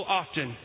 often